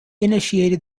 initiated